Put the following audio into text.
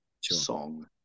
song